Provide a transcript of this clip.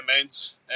immense